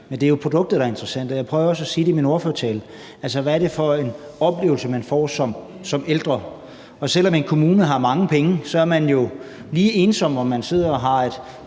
Men det er jo produktet, der er interessant, og jeg prøvede også at sige det i min ordførertale. Altså, hvad er det for en oplevelse, man får som ældre? Og selv om en kommune har mange penge, er man jo lige ensom, om man sidder og har et